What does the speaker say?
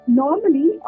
normally